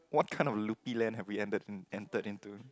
what kind of loopy land have we ended entered into